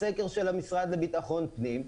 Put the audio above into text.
בסקר של המשרד לביטחון פנים,